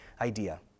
idea